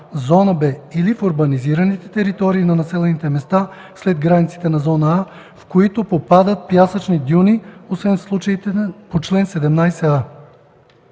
зона „Б” или в урбанизираните територии на населените места след границите на зона „А”, в които попадат пясъчни дюни, освен в случаите по чл. 17а.”